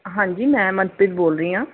ਹਾਂਜੀ ਮੈਂ ਮਨਪ੍ਰੀਤ ਬੋਲ ਰਹੀ ਹਾਂ